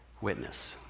witness